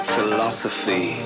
Philosophy